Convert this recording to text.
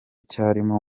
cyarimo